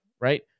right